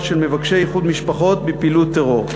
של מבקשי איחוד משפחות בפעילות טרור.